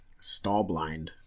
Stallblind